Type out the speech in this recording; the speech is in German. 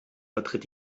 vertritt